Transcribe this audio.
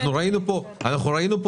ראינו פה נתונים.